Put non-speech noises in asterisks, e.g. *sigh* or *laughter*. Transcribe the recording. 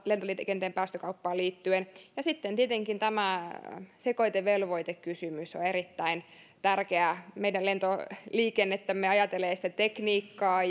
lentoliikenteen päästökauppaan liittyen sitten tietenkin tämä sekoitevelvoitekysymys on on erittäin tärkeä ajatellen meidän lentoliikennettä ja sitä tekniikkaa *unintelligible*